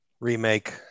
remake